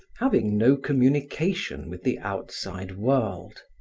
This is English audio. having no communication with the outside world.